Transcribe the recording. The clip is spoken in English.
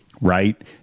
right